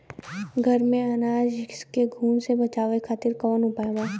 घर में अनाज के घुन से बचावे खातिर कवन उपाय बा?